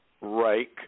Reich